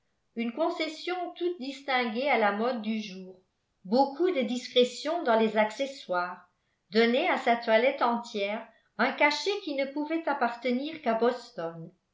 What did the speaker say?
une concession toute distinguée à la mode du jour beaucoup de discrétion dans les accessoires donnaient à sa toilette entière un cachet qui ne pouvait appartenir qu'à boston